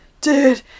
dude